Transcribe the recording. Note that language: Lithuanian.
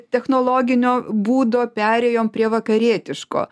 technologinio būdo perėjom prie vakarietiško